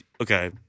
okay